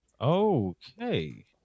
okay